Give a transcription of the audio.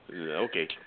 Okay